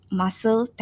muscle